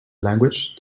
language